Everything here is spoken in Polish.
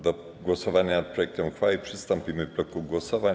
Do głosowania nad projektem uchwały przystąpimy w bloku głosowań.